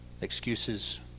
Excuses